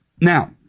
Now